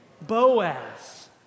Boaz